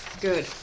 Good